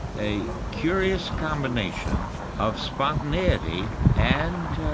a curious combination of spontaneity and, ah,